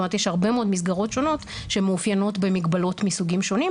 יש הרבה מאוד מסגרות שונות שמאופיינות במגבלות מסוגים שונים.